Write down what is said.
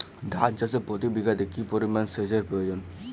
ধান চাষে প্রতি বিঘাতে কি পরিমান সেচের প্রয়োজন?